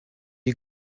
you